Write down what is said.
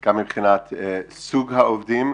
גם מבחינת סוג העובדים.